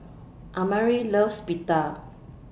Amare loves Pita